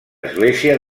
església